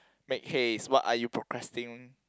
make haste what are you procasing~